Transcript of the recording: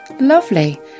lovely